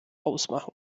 ausmachen